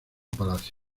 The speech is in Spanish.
palacio